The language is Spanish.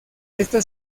esta